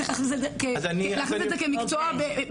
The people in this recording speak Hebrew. צריך להכניס את זה כמקצוע במצוקה.